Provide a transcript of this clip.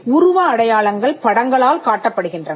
உருவ அடையாளங்கள் படங்களால் காட்டப்படுகின்றன